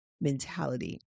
mentality